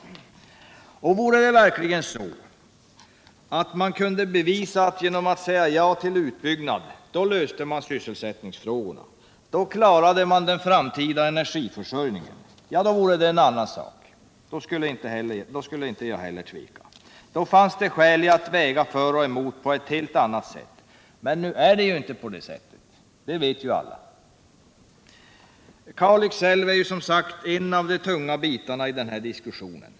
Kunde man bevisa att man genom att säga ja till en utbyggnad löste sysselsättningsproblemen och klarade den framtida energiförsörjningen, vore det en annan sak. Då fanns det skäl i att väga för och emot på ett helt annat sätt. Men nu är det ju inte så. Det vet alla. Kalix älv är som sagt en av de stora bitarna i den här diskussionen.